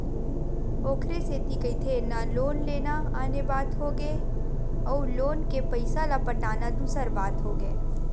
ओखरे सेती कहिथे ना लोन लेना आने बात होगे अउ लोन के पइसा ल पटाना दूसर बात होगे